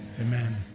amen